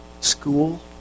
school